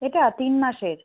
এটা তিন মাসের